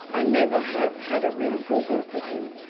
i never have had a real good look at him,